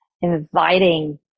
inviting